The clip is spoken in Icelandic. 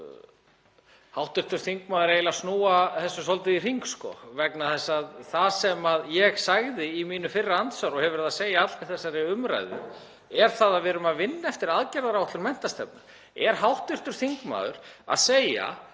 nú hv. þingmaður eiginlega snúa þessu svolítið í hring vegna þess að það sem ég sagði í mínu fyrra svari og hef verið að segja í allri þessari umræðu er að við erum að vinna eftir aðgerðaáætlun menntastefnu. Er hv. þingmaður að segja